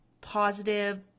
positive